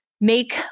make